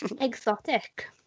Exotic